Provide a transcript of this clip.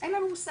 אין לנו מושג,